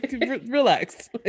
Relax